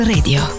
Radio